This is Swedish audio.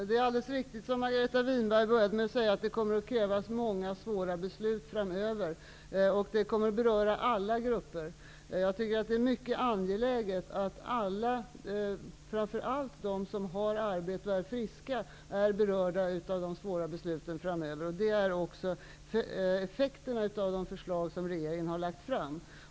Fru talman! Margareta Winberg började med att säga att det framöver kommer att krävas många svåra beslut, vilket är alldeles riktigt. Det kommer att beröra alla grupper. Det är mycket angeläget att alla, framför allt de som har arbete och som är friska, blir berörda av dessa svåra beslut framöver. Det blir också effekterna av de förslag som regeringen har lagt fram.